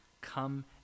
Come